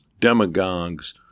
demagogues